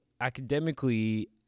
academically